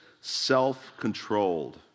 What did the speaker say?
self-controlled